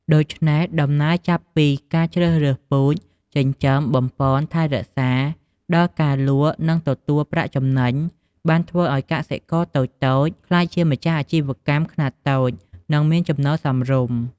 ដូច្នេះ ដំណើរចាប់ពីការជ្រើសពូជ ចិញ្ចឹម បំប៉ន ថែរក្សា ដល់ការលក់និងទទួលប្រាក់ចំណេញ បានធ្វើឲ្យកសិករតូចៗក្លាយជាម្ចាស់អាជីវកម្មខ្នាតតូច និងមានចំណូលសមរម្យ។